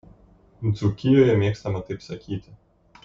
dzūkijoje mėgstama taip sakyti